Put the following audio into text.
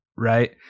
right